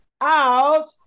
out